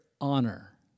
honor